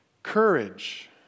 Courage